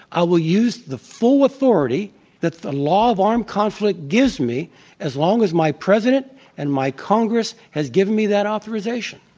i will use the full authority that the law of armed conflict gives me as long as my president and my congress has given me that authorization.